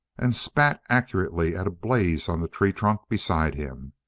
and spat accurately at a blaze on the tree trunk beside him.